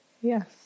yes